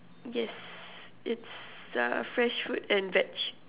yes it's uh fresh fruit and veg